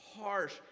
harsh